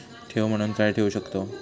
ठेव म्हणून काय ठेवू शकताव?